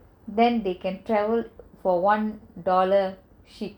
then they can travel for one dollar ship